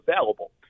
available